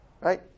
Right